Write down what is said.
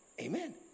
amen